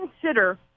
consider